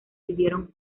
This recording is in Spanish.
vivieron